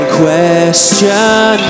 question